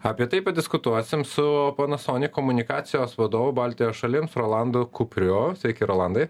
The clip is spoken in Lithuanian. apie tai padiskutuosim su panasonic komunikacijos vadovu baltijos šalims rolandu kupriu sveiki rolandai